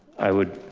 i would,